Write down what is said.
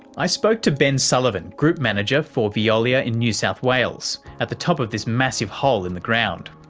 i spoke to ben sullivan, group manager for veolia in new south wales, at the top of this massive hole in the ground.